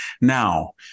Now